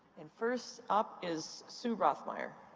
and first up is sue rothmeyer.